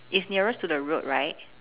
it's nearest to the road right